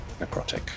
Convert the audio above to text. necrotic